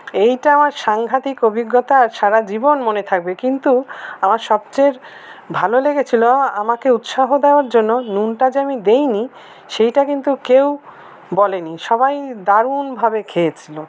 এইটা আমার সাংঘাতিক অভিজ্ঞতা আর সারাজীবন মনে থাকবে কিন্তু আমার সবচেয়ের ভালো লেগেছিলো আমাকে উৎসাহ দেওয়ার জন্য নুনটা যে আমি দিইনি সেইটা কিন্তু কেউ বলেনি সবাই দারুণভাবে খেয়েছিল